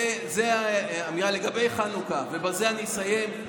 לגבי חנוכה, ובזה אני אסיים,